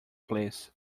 please